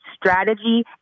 strategy